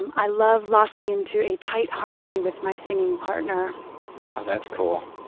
and i love locking into a tight harmony with my singing partner. oh that's cool.